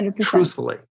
truthfully